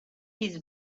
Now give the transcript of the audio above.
his